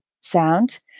sound